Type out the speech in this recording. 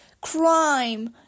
crime